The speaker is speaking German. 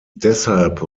deshalb